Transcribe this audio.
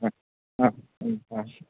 ꯑꯥ ꯑꯥ ꯎꯝ ꯑꯥ